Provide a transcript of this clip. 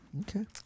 Okay